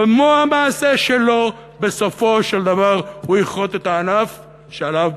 במו המעשה שלו בסופו של דבר הוא יכרות את הענף שעליו